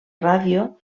ràdio